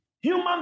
Human